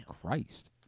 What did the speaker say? Christ